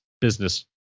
business